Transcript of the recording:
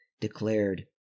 declared